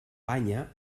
banya